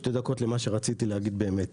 מכאן שתי דקות למה שרציתי להגיד באמת.